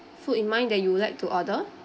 food in mind that you would like to order